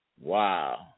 Wow